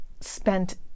spent